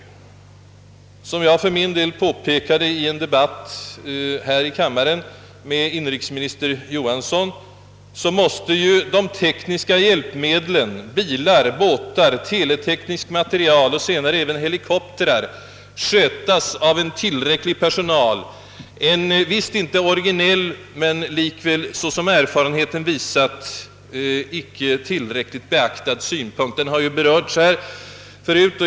Såsom jag påpekade i en debatt här i kammaren med inrikesminister Johansson måste ju de tekniska hjälpmedlen, såsom bilar, båtar, teleteknisk materiel och sedermera även helikoptrar, skötas av en tillräcklig personal — en visst inte originell men likväl, såsom erfarenheten visat, icke tillräckligt beaktad synpunkt.